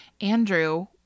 Andrew